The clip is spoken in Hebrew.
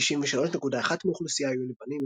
93.1% מהאוכלוסייה היו לבנים,